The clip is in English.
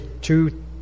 two